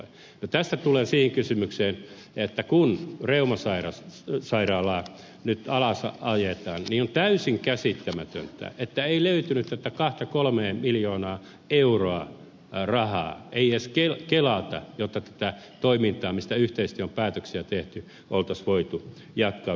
no tästä tulen siihen kysymykseen että kun reuman sairaalaa nyt alasajetaan niin on täysin käsittämätöntä että ei löytynyt tätä kahta kolmea miljoonaa euroa rahaa ei edes kelalta jotta tätä toimintaa josta yhteisesti on päätöksiä tehty oltaisiin voitu jatkaa